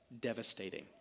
devastating